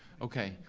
okay.